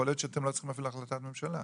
יכול להיות שאתם לא צריכים אפילו החלטת ממשלה,